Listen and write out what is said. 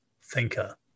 thinker